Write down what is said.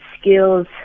skills